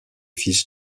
fils